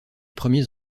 premiers